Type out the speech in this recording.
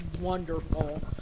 wonderful